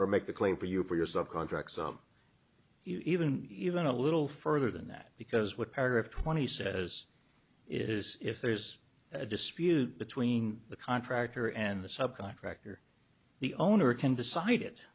or make the claim for you for years of contracts even even a little further than that because what part of twenty says is if there's a dispute between the contractor and the subcontractor the owner can decide